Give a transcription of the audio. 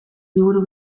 liburu